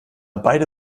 beide